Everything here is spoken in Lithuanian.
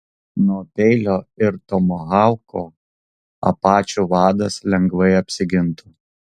nuo peilio ir tomahauko apačių vadas lengvai apsigintų